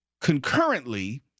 concurrently